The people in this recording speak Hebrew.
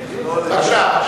בבקשה.